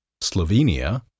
Slovenia